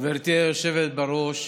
גברתי היושבת בראש,